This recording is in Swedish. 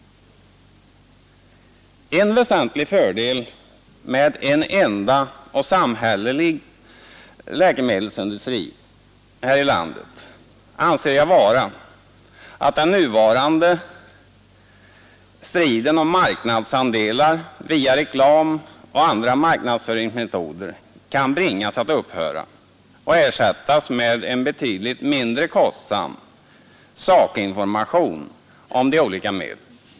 En väsentlig fördel med en enda och samhällsägd läkemedelsindustri här i landet anser jag vara att den nuvarande striden om marknadsandelar via reklam och andra marknadsföringsmetoder kan bringas att upphöra och ersättas med en betydligt mindre kostsam sakinformation om de olika medlen.